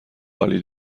عالی